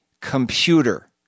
computer